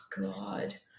God